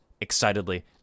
excitedly